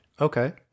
Okay